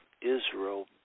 Israel